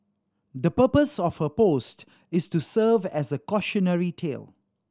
the purpose of her post is to serve as a cautionary tale